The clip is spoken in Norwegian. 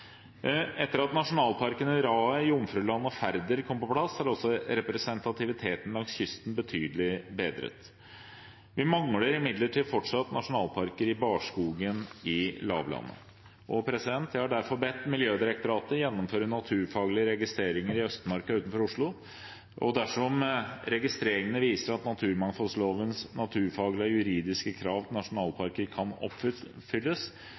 Etter at nasjonalparkene Raet, Jomfruland og Færder kom på plass, er også representativiteten langs kysten betydelig bedret. Vi mangler imidlertid fortsatt nasjonalparker i barskogen i lavlandet. Jeg har derfor bedt Miljødirektoratet gjennomføre naturfaglige registreringer i Østmarka utenfor Oslo. Dersom registreringene viser at naturmangfoldlovens naturfaglige og juridiske krav til